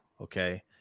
Okay